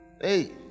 Hey